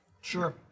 Sure